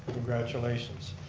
congratulations.